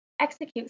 execute